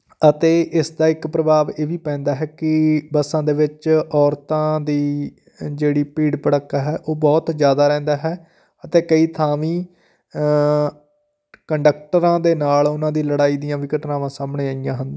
ਅਤੇ ਇਸ ਦਾ ਇੱਕ ਪ੍ਰਭਾਵ ਇਹ ਵੀ ਪੈਂਦਾ ਹੈ ਕਿ ਬੱਸਾਂ ਦੇ ਵਿੱਚ ਔਰਤਾਂ ਦੀ ਜਿਹੜੀ ਭੀੜ ਭੜੱਕਾ ਹੈ ਉਹ ਬਹੁਤ ਜ਼ਿਆਦਾ ਰਹਿੰਦਾ ਹੈ ਅਤੇ ਕਈ ਥਾਂ ਵੀ ਕੰਡਕਟਰਾਂ ਦੇ ਨਾਲ ਉਹਨਾਂ ਦੀ ਲੜਾਈ ਦੀਆਂ ਵੀ ਘਟਨਾਵਾਂ ਸਾਹਮਣੇ ਆਈਆਂ ਹਨ